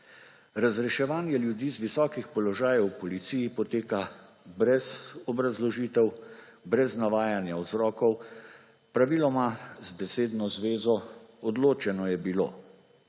Razreševanje ljudi z visokih položajev v policiji poteka brez obrazložitev, brez navajanja vzrokov, praviloma z besedno zvezo »odločeno je bilo«.